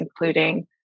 including